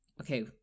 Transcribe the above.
okay